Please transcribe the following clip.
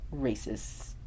racist